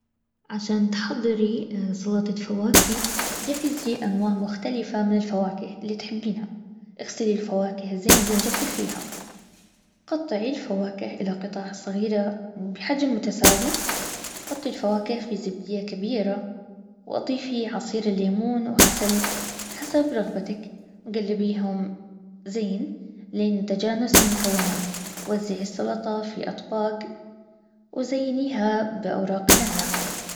عشان تحضري سلطة فواكه جهزي انواع مختلفة من الفواكه اللي تحبينها اغسلي الفواكه زين وجففيها ،قطعي الفواكه الى قطع صغيرة وبحجم متساوي ،حطي الفواكه في زبدية كبيرة، واضيفي عصير الليمون وعسل حسب رغبتك وقلبيهم زين لين تجانس المكونات وزعي السلطة في اطباق زينيها باوراق النعنع